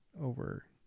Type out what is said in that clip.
over